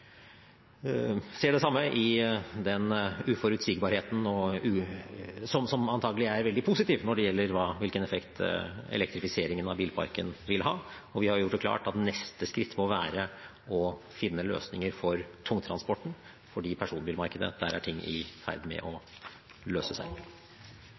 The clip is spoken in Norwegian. ser det samme i uforutsigbarheten – antakelig veldig positiv – når det gjelder hvilken effekt elektrifiseringen av bilparken vil ha, og vi har gjort det klart at neste skritt må være å finne løsninger for tungtransporten, for på personbilmarkedet er ting i ferd med